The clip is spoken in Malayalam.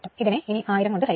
ഇതിനെ ഇനി 1000 കൊണ്ട് ഹരികുക